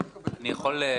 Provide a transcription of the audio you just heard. אני יכול לברר.